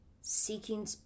seeking